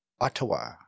ottawa